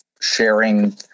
sharing